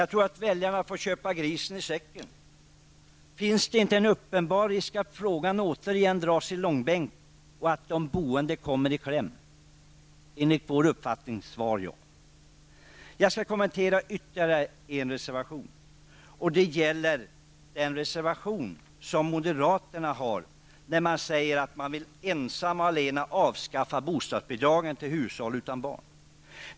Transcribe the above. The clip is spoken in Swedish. Jag tror att väljarna får köpa grisen i säcken. Finns det inte en uppenbar risk att frågan återigen dras i långbänk och att de boende kommer i kläm? Enligt vår uppfattning: Svar ja. Jag skall kommentera ytterligare en reservation där moderaterna säger att man ensamma och allena vill avskaffa bostadsbidragen till hushåll utan barn.